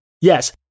Yes